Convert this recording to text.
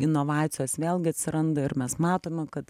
inovacijos vėlgi atsiranda ir mes matome kad